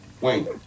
Wayne